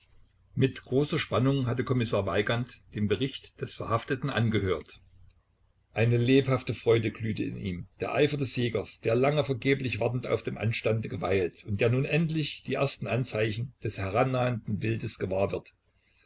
mit großer spannung hatte kommissar weigand den bericht des verhafteten angehört eine lebhafte freude glühte in ihm der eifer des jägers der lange vergeblich wartend auf dem anstande geweilt und der nun endlich die ersten anzeichen des herannahenden wildes gewahr wird